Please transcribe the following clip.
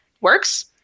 works